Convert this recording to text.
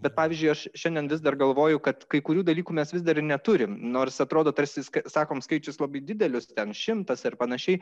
bet pavyzdžiui aš šiandien vis dar galvoju kad kai kurių dalykų mes vis dar ir neturim nors atrodo tarsi sakom skaičius labai didelius ten šimtas ar panašiai